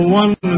one